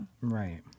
Right